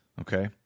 Okay